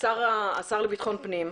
השר לביטחון פנים,